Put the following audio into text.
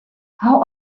how